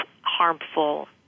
harmful